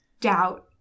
doubt